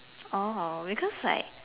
oh because like